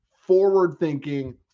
forward-thinking